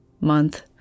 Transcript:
month